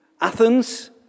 Athens